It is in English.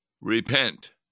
repent